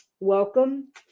Welcome